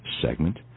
segment